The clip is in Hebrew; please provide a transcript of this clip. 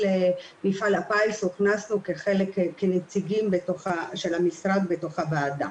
מפעל הפיס הוכנסנו כנציגים של המשרד בתוך הוועדה.